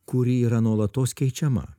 kuri yra nuolatos keičiama